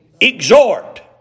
Exhort